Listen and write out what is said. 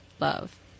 love